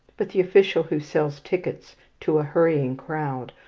but the official who sells tickets to a hurrying crowd,